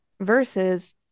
versus